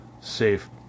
safe